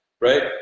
Right